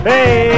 Hey